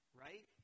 right